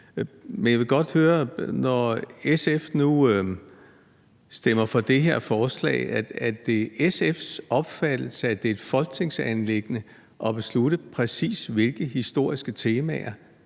Men jeg vil godt høre: Når SF nu stemmer for det her forslag, er det så, fordi det er SF's opfattelse, at det er et folketingsanliggende at beslutte, præcis hvilke historiske temaer